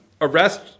arrest